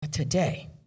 Today